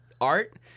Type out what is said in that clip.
art